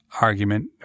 argument